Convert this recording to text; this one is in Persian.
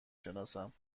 شناسم